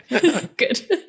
good